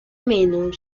menor